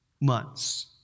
months